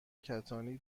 کتانی